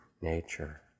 nature